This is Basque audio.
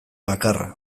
bakarra